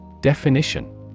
Definition